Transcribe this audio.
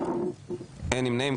אין נמנעים.